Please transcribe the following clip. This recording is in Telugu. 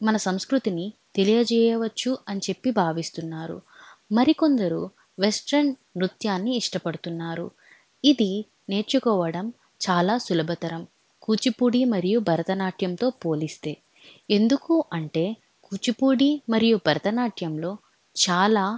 మన సంస్కృతిని తెలియజేయవచ్చు అని చెప్పి భావిస్తున్నారు మరికొందరు వెస్ట్రన్ నృత్యాన్ని ఇష్టపడుతున్నారు ఇది నేర్చుకోవడం చాలా సులభతరం కూచిపూడి మరియు భరతనాట్యంతో పోలిస్తే ఎందుకు అంటే కూచిపూడి మరియు భరతనాట్యంలో చాలా